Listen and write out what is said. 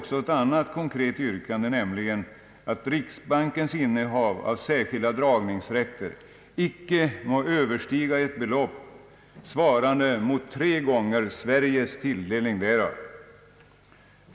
konkret yrkande, nämligen »att riksbankens innehav av särskilda dragningsrätter icke må överstiga ett belopp svarande mot tre gånger Sveriges tilldelning därav».